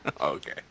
Okay